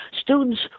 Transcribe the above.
students